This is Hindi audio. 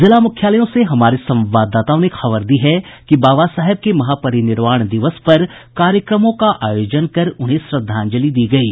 जिला मुख्यालयों से हमारे संवाददाताओं ने खबर दी है कि बाबा साहेब के महापरिनिर्वाण दिवस पर कार्यक्रमों का आयोजन कर उन्हें श्रद्धांजलि दी गयी